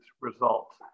results